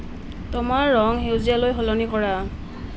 তোমাৰ ৰং সেউজীয়ালৈ সলনি কৰা